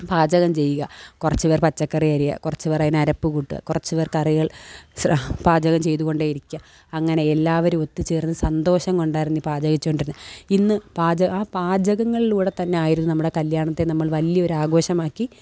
പാചകം ചെയ്യുക കുറച്ച് പേർ പച്ചക്കറി അരിയുക കുറച്ച് പേർ അയിനരപ്പ് കൂട്ടുക കുറച്ച് പേർ കറികൾ പാചകം ചെയ്ത് കൊണ്ടേ ഇരിക്കുക അങ്ങനെ എല്ലാവരും ഒത്തു ചേർന്ന് സന്തോഷം കൊണ്ടായിരുന്നു പാചകിച്ച് കൊണ്ടിരുന്നത് ഇന്ന് പാചക ആ പാചകങ്ങളിൽ കൂടെ തന്നെ ആയിരുന്നു നമ്മുടെ കല്യാണത്തെ നമ്മൾ വല്യൊരാഘോഷമാക്കി